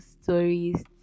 stories